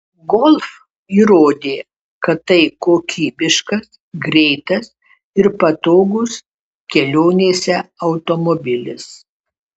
golf įrodė kad tai kokybiškas greitas ir patogus kelionėse automobilis